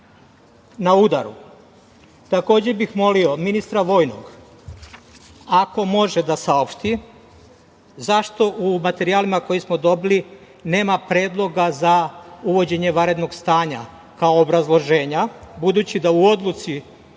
na udaru? Takođe bih molio ministra vojnog, ako može da saopšti – zašto u materijalima koje smo dobili nema Predloga za uvođenje vanrednog stanja, kao obrazloženja, budući da u Odluci,